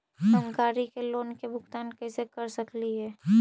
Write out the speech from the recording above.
हम गाड़ी के लोन के भुगतान कैसे कर सकली हे?